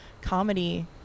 comedy